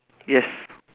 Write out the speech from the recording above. yes